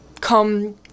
come